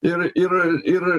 ir ir ir